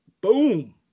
boom